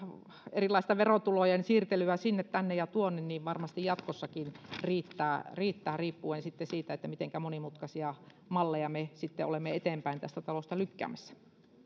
erilaista verotulojen siirtelyä sinne tänne ja tuonne varmasti jatkossakin riittää riittää riippuen sitten siitä mitenkä monimutkaisia malleja me sitten olemme eteenpäin tästä talosta lykkäämässä